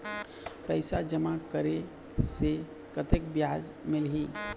पैसा जमा करे से कतेक ब्याज मिलही?